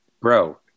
Bro